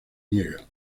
niega